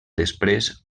després